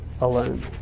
alone